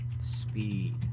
speed